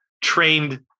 trained